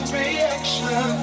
reaction